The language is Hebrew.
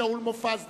שאול מופז,